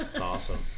Awesome